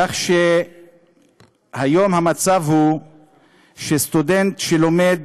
כך שהיום המצב הוא שסטודנט שלומד